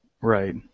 Right